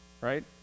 right